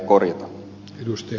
arvoisa puhemies